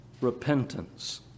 repentance